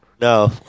No